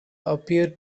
appear